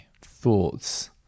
thoughts